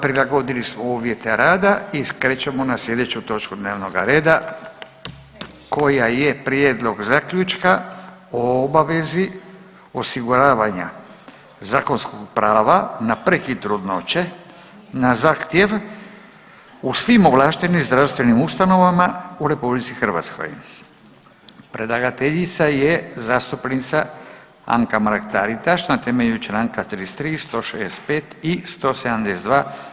prilagodili smo uvjete rada i krećemo na slijedeću točku dnevnoga reda koja je: - Prijedlog Zaključka o obavezi osiguravanja zakonskog prava na prekid trudnoće na zahtjev u svim ovlaštenim zdravstvenim ustanovama u RH Predlagateljica je zastupnica Anka Mrak Taritaš na temelju Članka 33., 165. i 172.